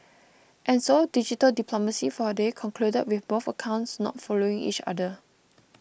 and so digital diplomacy for a day concluded with both accounts not following each other